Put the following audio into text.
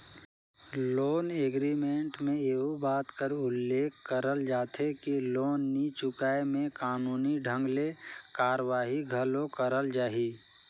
loan agreement में एहू बात कर उल्लेख करल जाथे कि लोन नी चुकाय में कानूनी ढंग ले कारवाही घलो करल जाही